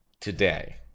today